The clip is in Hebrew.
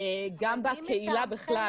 גם בקהילה בכלל.